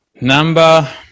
Number